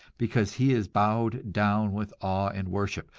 because he is bowed down with awe and worship,